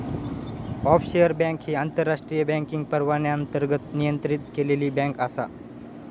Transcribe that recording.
offshore bank ही आंतरराष्ट्रीय banking परवान्याअंतर्गत नियंत्रित केलेली बँक आसा